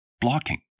Blocking